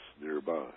nearby